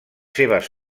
seves